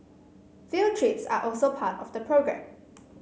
field trips are also part of the programme